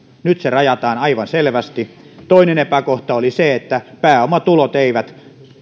nyt se rajataan aivan selvästi toinen epäkohta oli se että pääomatulot eivät